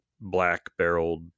black-barreled